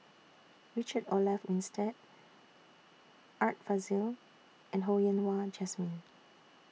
Richard Olaf Winstedt Art Fazil and Ho Yen Wah Jesmine